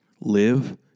Live